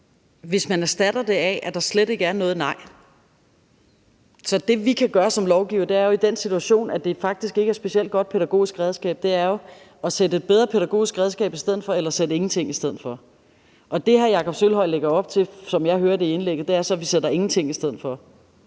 Hvis man erstatter det med, at der slet ikke er noget: Nej. Det, vi kan gøre som lovgivere i den situation, at det faktisk ikke er et specielt godt pædagogisk redskab, er jo at sætte et bedre pædagogisk redskab i stedet for eller at sætte ingenting i stedet for. Det, hr. Jakob Sølvhøj lægger op til, som jeg hører det i indlægget, er så, at vi sætter ingenting i stedet for.